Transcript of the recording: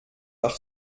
par